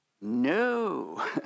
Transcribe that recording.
No